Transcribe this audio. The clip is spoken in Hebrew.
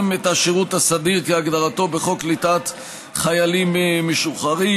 את השירות הסדיר כהגדרתו בחוק קליטת חיילים משוחררים.